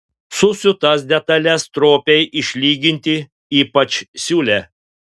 susiūtas detales stropiai išlyginti ypač siūlę